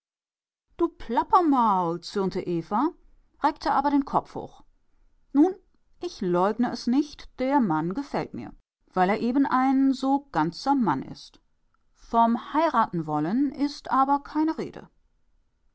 du plappermaul zürnte eva reckte aber den kopf hoch nun ich leugne es nicht der mann gefällt mir weil er eben ein so ganzer mann ist vom heiratenwollen aber ist gar keine rede